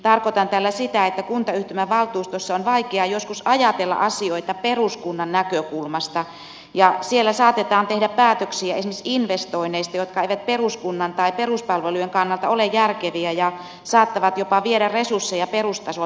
tarkoitan tällä sitä että kuntayhtymän valtuustossa on vaikeaa joskus ajatella asioita peruskunnan näkökulmasta ja siellä saatetaan tehdä päätöksiä esimerkiksi investoinneista jotka eivät peruskunnan tai peruspalvelujen kannalta ole järkeviä ja saattavat jopa viedä resursseja perustasolta pois